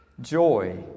joy